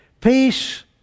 Peace